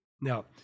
Now